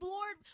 Lord